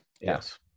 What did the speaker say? Yes